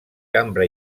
cambra